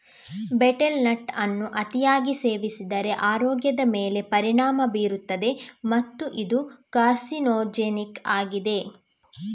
betel nut ಅನ್ನು ಅತಿಯಾಗಿ ಸೇವಿಸಿದರೆ ಆರೋಗ್ಯದ ಮೇಲೆ ಪರಿಣಾಮ ಬೀರುತ್ತದೆ ಮತ್ತು ಇದು ಕಾರ್ಸಿನೋಜೆನಿಕ್ ಆಗಿದೆ